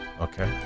Okay